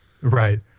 Right